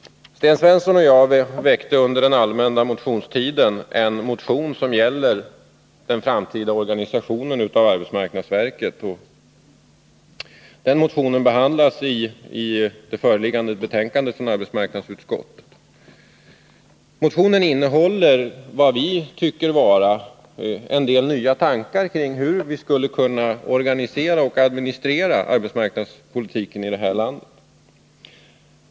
Sten Svensson och jag väckte under den allmänna motionstiden en motion som gäller den framtida organisationen av arbetsmarknadsverket. Den motionen behandlas i det föreliggande betänkandet från arbetsmarknadsutskottet. Motionen innehåller vad vi tycker vara en del nya tankar kring hur vi skulle kunna organisera och administrera arbetsmarknadspolitiken här i landet.